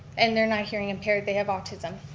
and they're not hearing impaired, they have autism.